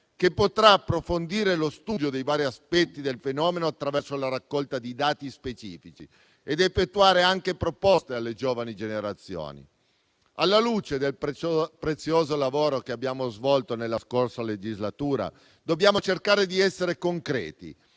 che potrà approfondire lo studio dei vari aspetti del fenomeno attraverso la raccolta di dati specifici ed effettuare anche proposte alle giovani generazioni. Alla luce del prezioso lavoro che abbiamo svolto nella scorsa legislatura, dobbiamo cercare di essere concreti